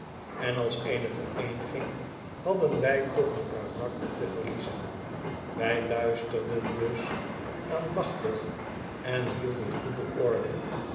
en als eene vereeniging hadden wij toch een karakter te verliezen wij luisterden dus aandachtig en hielden goede orde